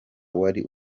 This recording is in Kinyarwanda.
wari